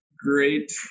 Great